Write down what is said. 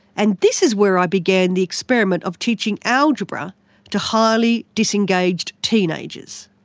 and this is where i began the experiment of teaching algebra to highly disengaged teenagers.